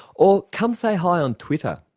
or come say hi on twitter,